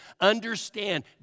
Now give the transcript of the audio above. understand